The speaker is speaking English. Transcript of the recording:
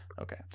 okay